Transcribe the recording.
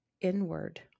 inward